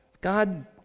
God